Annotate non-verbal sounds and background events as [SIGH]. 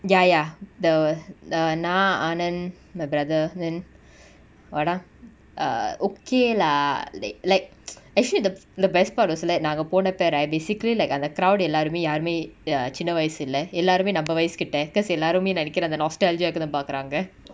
ya ya the நா:na ananth my brother then what ah err okay lah like like [NOISE] actually இந்த இந்த:intha intha best part was like நாங்க போனப்ப:nanga ponappa right basically like அந்த:antha croute எல்லாருமே யாருமே:ellarume yaarume err சின்ன வயசு இல்ல:sinna vayasu illa எல்லாருமே நம்ம வயசு கிட்ட:ellarume namma vayasu kitta because எல்லாருமே நடிகுர அந்த:ellarume nadikura antha nostology ah இருக்கதா பாக்குராங்க:irukatha paakuranga